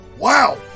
Wow